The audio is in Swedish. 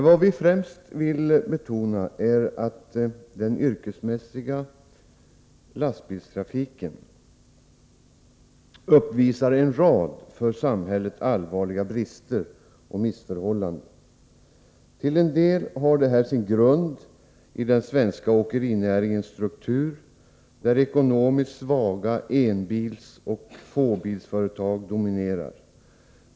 Vad vi främst vill betona är att den yrkesmässiga lastbilstrafiken uppvisar en rad för samhället allvarliga brister och missförhållanden. Till en del har detta sin grund i den svenska åkerinäringens struktur, där ekonomiskt svaga enbilsoch fåbilsföretag dominerar.